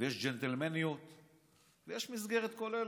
ויש ג'נטלמניות ויש מסגרת כוללת.